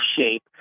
shape